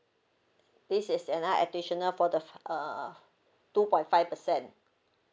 this is another additional for the uh two point five percent